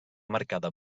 marcada